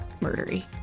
murdery